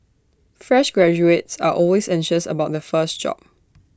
fresh graduates are always anxious about their first job